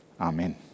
Amen